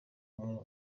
bumwe